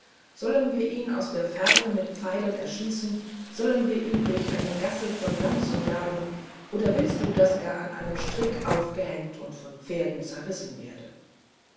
sollen wir ihn aus der ferne mit pfeilen erschießen sollen wir ihn durch eine gasse von lanzen jagen oder willst du daß er an einem strick aufgehängt oder von pferden zerrissen werde